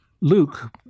Luke